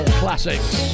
classics